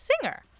singer